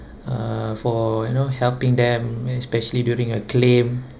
uh for you know helping them especially during a claim